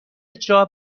اجرا